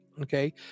okay